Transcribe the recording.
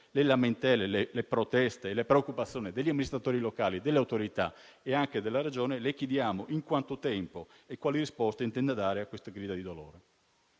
le lamentele, le proteste e le preoccupazioni degli amministratori locali, delle autorità e anche della Regione. Le chiediamo in quanto tempo intenda intervenire e quali risposte intenda dare a queste grida di dolore.